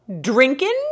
drinking